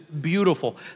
beautiful